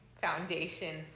foundation